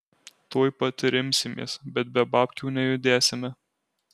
tuoj pat ir imsimės bet be babkių nejudėsime